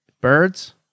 Birds